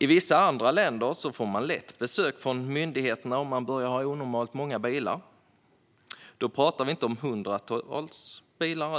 I vissa andra länder får man lätt besök från myndigheterna om man börjar ha onormalt många bilar. Då pratar vi inte om hundratals